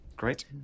great